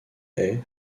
est